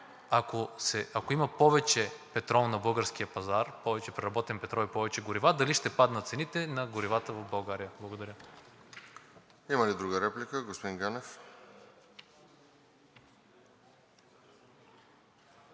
ако има повече петрол на българския пазар, повече преработен петрол и повече горива, дали ще паднат цените на горивата в България? Благодаря. ПРЕДСЕДАТЕЛ РОСЕН ЖЕЛЯЗКОВ: Има ли друга реплика? Господин Ганев.